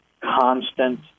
constant